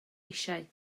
eisiau